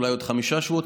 אולי בעוד חמישה שבועות.